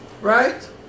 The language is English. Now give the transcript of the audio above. right